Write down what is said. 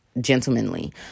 gentlemanly